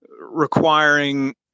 requiring